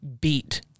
beat